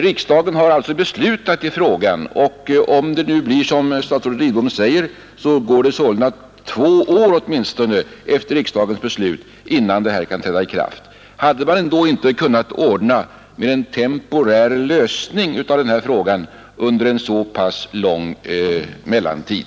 Riksdagen har alltså beslutat i frågan, och om det nu blir som statsrådet säger så går det åtminstone två år efter riksdagens beslut innan detta kan träda i kraft. Hade man då inte kunnat ordna med en temporär lösning av denna fråga under en så pass lång mellantid?